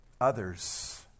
others